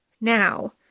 now